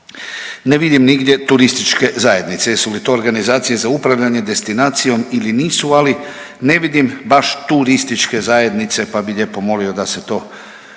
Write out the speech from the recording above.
Ne vidim nigdje turističke zajednice. Jesu li to organizacije za upravljanje destinacijom ili nisu ali ne vidim baš turističke zajednice, pa bi lijepo molio da se to